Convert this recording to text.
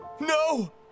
No